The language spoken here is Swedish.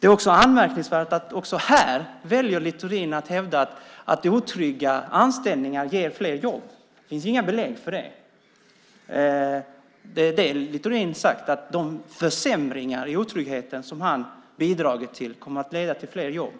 Det är anmärkningsvärt att också här väljer Littorin att hävda att otrygga anställningar ger fler jobb. Det finns inga belägg för det. Littorin har sagt att de försämringar i tryggheten som han bidragit till kommer att leda till fler jobb.